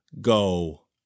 go